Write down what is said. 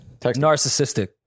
narcissistic